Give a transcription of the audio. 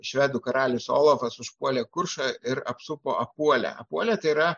švedų karalius olafas užpuolė kuršą ir apsupo apuolę apuolė tai yra